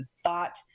thought